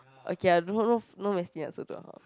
okay ah no no no mass tin I also don't know how